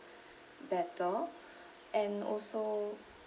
better and also